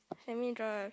let me draw a